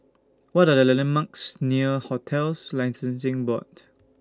What Are The The landmarks near hotels Licensing Board